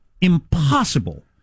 impossible